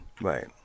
Right